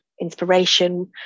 inspiration